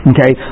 Okay